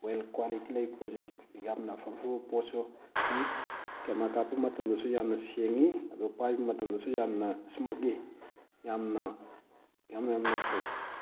well quality ꯂꯩꯕ positive ꯌꯥꯝꯅ ꯑꯐ ꯑꯐꯕ ꯄꯣꯠꯁꯨꯅꯤ ꯀꯦꯃꯦꯔꯥ ꯀꯥꯞꯄ ꯃꯇꯝꯗꯁꯨ ꯌꯥꯝꯅ ꯁꯦꯡꯉꯤ ꯑꯗꯣ ꯄꯥꯏꯕ ꯃꯇꯝꯗꯁꯨ ꯌꯥꯝꯅ ꯏꯁꯃꯨꯠꯂꯤ ꯌꯥꯝꯅ ꯌꯥꯝ ꯌꯥꯝꯅ ꯐꯩ